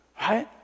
right